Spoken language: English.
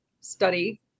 study